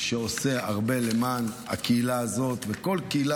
עושה הרבה למען הקהילה הזאת וכל קהילה